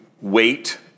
wait